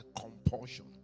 compulsion